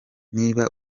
niba